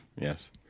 yes